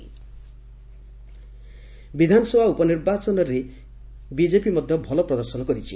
bypoll ବିଧାନସଭା ଉପନିର୍ବାଚନରେ BJP ମଧ୍ୟ ଭଲ ପ୍ରଦର୍ଶନ କରିଛି